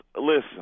Listen